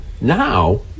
now